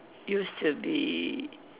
used to be